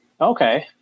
Okay